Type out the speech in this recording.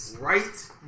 Right